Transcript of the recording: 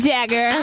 Jagger